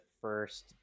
first